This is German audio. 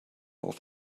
auf